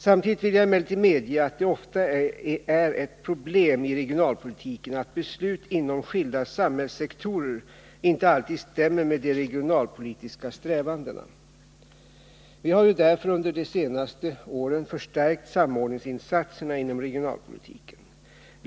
Samtidigt vill jag emellertid medge att det ofta är ett problem i regionalpolitiken att beslut inom skilda samhällssektorer inte alltid stämmer med de regionalpolitiska strävandena. Vi har ju därför under de senaste åren förstärkt samordningsinsatserna inom regionalpolitiken.